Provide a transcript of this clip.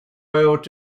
ought